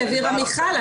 כפי שהבהירה מיכל,